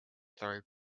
through